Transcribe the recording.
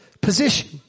position